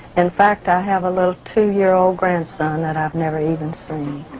in fact i have a little two year old grandson that i've never even seen.